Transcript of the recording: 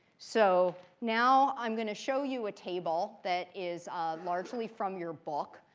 so now i'm going to show you a table that is largely from your book.